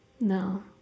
No